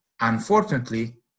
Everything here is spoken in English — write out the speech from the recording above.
Unfortunately